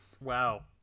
wow